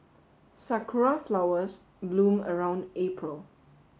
sakura flowers bloom around April